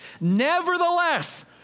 Nevertheless